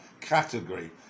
category